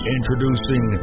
Introducing